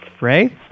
Ray